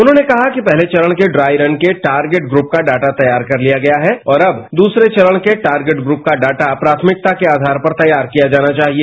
उन्होंने कहा कि पहले चरण के ड्राई रन के टारगेट ग्रूप का डाटा तैयार कर लिया गया है और अब दूसरे चरण के टारगेट ग्रुप का डाटा प्राथमिकता के आधार पर तैयार किया जाना चाहिए